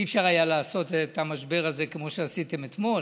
אי-אפשר היה לעשות את המשבר הזה כמו שעשיתם אתמול,